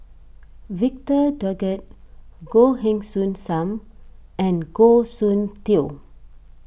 Victor Doggett Goh Heng Soon Sam and Goh Soon Tioe